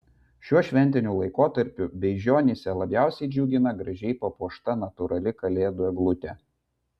šiuo šventiniu laikotarpiu beižionyse labiausiai džiugina gražiai papuošta natūrali kalėdų eglutė